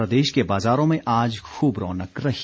प्रदेश के बाजारों में आज खूब रौनक रही